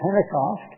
Pentecost